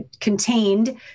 contained